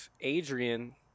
Adrian